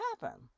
happen